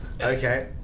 Okay